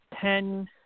ten